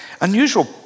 unusual